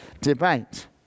debate